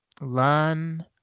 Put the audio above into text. learn